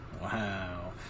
Wow